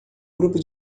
grupo